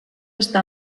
està